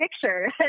picture